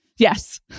Yes